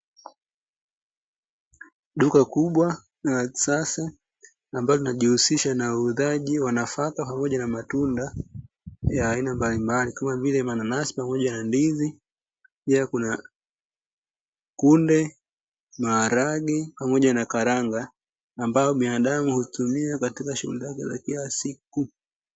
Duka kubwa na la kisasa ambalo linajihusisha na uuzaji wa nafaka pamoja na matunda ya aina mbalimbali kama vile: mananasi pamoja na na ndizi pia kuna kunde, maharage pamoja na karanga ambazo binadamu hutumia katika shughuli zake za kila siku.